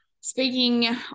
Speaking